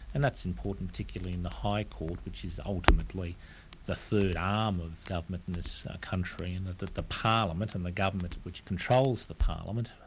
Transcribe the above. and that's important, particularly in the high court, which is ultimately the third arm of government in this country, in that the parliament and the government which controls the parliament,